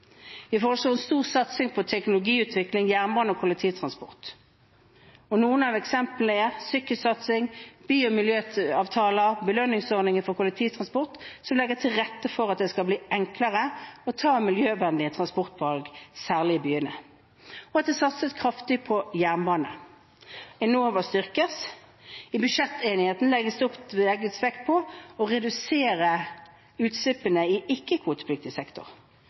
Vi foreslår en stor satsing på teknologiutvikling, jernbane og kollektivtransport. Og noen av eksemplene er: sykkelsatsing, bymiljøavtaler, belønningsordninger for kollektivtransport som legger til rette for at det skal bli enklere å ta miljøvennlige transportvalg, særlig i byene, og det satses kraftig på jernbane. Enova styrkes. I budsjettenigheten legges det vekt på å redusere utslippene i ikke-kvotepliktig sektor.